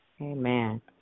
Amen